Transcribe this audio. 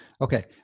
okay